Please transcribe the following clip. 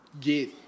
get